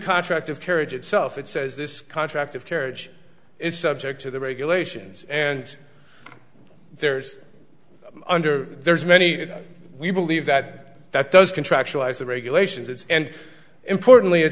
contract of carriage itself it says this contract of carriage is subject to the regulations and there's under there's many we believe that that does contractual as the regulations it's and importantly it